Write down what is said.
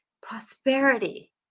prosperity